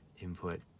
input